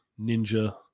ninja